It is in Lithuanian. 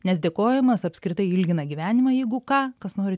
nes dėkojimas apskritai ilgina gyvenimą jeigu ką kas nori